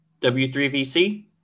W3VC